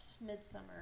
Midsummer